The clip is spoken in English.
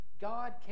God